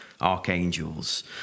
Archangels